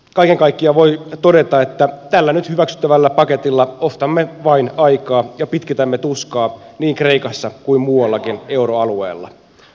kaiken kaikkiaan voi todeta että tällä nyt hyväksyttävällä paketilla ostamme vain aikaa ja pitkitämme tuskaa niin kreikassa kuin muuallakin euroalueella